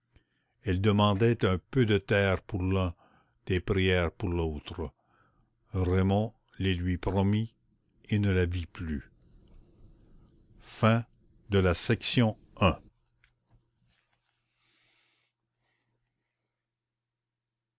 elle demandait un peu de terre pour l'un des prières pour l'autre raymond les lui promit et ne la vit plus